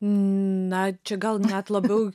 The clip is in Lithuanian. na čia gal net labiau